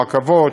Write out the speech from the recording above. הרכבות,